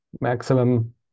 maximum